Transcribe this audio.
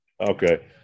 Okay